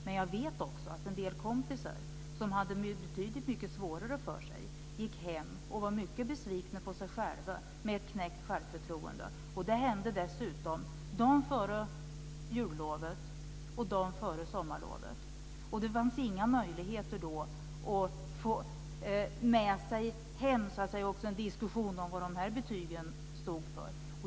Men jag vet också att en del kompisar som hade det betydligt mycket svårare för sig gick hem med knäckt självförtroende och var mycket besvikna på sig själva. Dessutom hände detta dagen för jullovet och dagen före sommarlovet. Då fanns det inga möjligheter att så att säga få med sig hem en diskussion om vad betygen stod för.